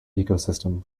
ecosystem